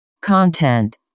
Content